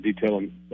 detailing